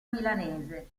milanese